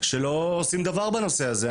שלא עושים דבר בנושא הזה.